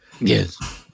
Yes